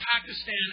Pakistan